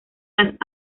las